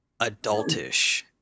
adultish